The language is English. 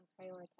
prioritize